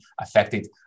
affected